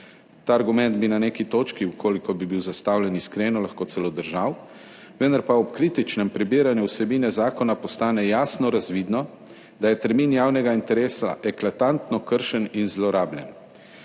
Ta argument bi na neki točki, v kolikor bi bil zastavljen iskreno, lahko celo držal, vendar pa ob kritičnem prebiranju vsebine zakona postane jasno razvidno, da je termin javnega interesa eklatantno kršen in zlorabljen.